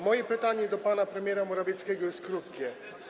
Moje pytanie do pana premiera Morawieckiego jest krótkie.